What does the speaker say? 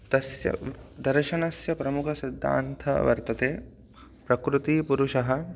तस्य दर्शनस्य प्रमुखसिद्धान्तः वर्तते प्रकृतिपुरुषः